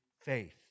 faith